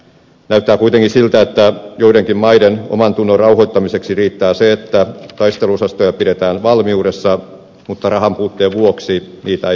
näyttää kuitenkin siltä että joidenkin maiden omantunnon rauhoittamiseksi riittää se että taisteluosastoja pidetään valmiudessa mutta rahanpuutteen vuoksi niitä ei sitten lähetetä operaatioihin